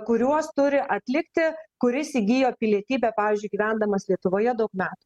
kuriuos turi atlikti kuris įgijo pilietybę pavyzdžiui gyvendamas lietuvoje daug metų